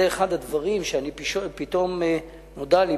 וזה אחד הדברים שפתאום נודע לי,